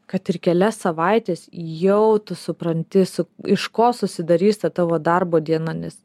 kad ir kelias savaites jau tu supranti su iš ko susidarys ta tavo darbo diena nes